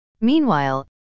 Meanwhile